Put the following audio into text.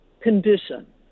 condition